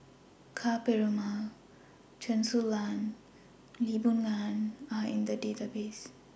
Ka Perumal Chen Su Lan and Lee Boon Ngan Are in The Database